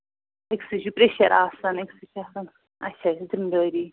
أکۍسٕے چھُ پرٛٮ۪شَر آسان أکۍسٕے چھِ آسان اَچھا ذِمدٲری